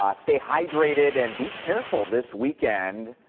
ah stay hydrated and be careful this weekend.